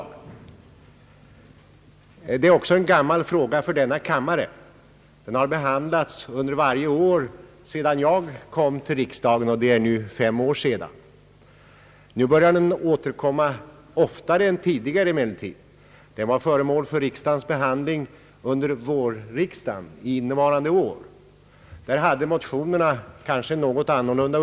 Frågan är gammal också för denna kammare. Den har behandlats varje år sedan jag kom till riksdagen, och det är fem år sedan. Nu återkommer den emellertid oftare än tidigare. Senast var den föremål för behandling vid innevarande års vårriksdag. Då hade motionerna en uppläggning som var något annorlunda.